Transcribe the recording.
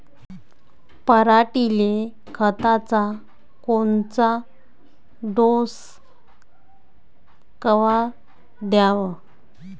पऱ्हाटीले खताचा कोनचा डोस कवा द्याव?